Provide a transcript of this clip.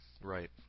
Right